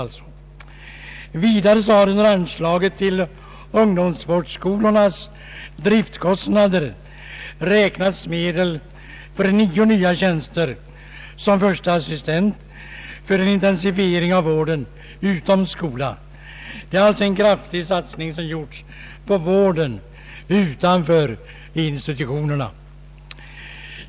Vidare har under anslaget till ungdomsvårdsskolornas driftkostnader beräknats medel för nio nya tjänster som förste assistent för att möjliggöra en intensifiering av vården utom skola. Kungl. Maj:ts förslag innebär alltså en kraftig satsning på vården utanför institutionerna.